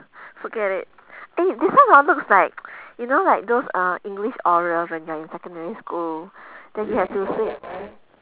forget it eh this one hor looks like you know like those uh english oral when you're in secondary school then you have to say